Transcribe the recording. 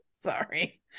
Sorry